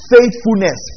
Faithfulness